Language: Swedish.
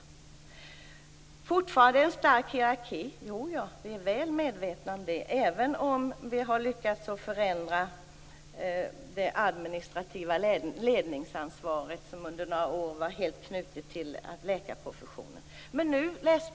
Vi är vidare mycket väl medvetna om att det fortfarande finns en stark hierarki, även om man har lyckats att förändra det administrativa ledningsansvaret, som under några år var helt knutet till läkarprofessionen.